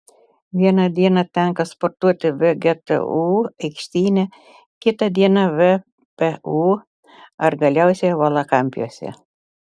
vieną dieną tenka sportuoti vgtu aikštyne kita dieną vpu ar galiausiai valakampiuose